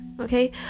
okay